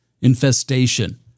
infestation